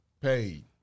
paid